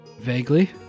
Vaguely